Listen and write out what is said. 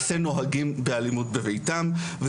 נוהגים באלימות בביתם.